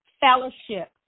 fellowship